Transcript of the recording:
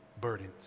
burdens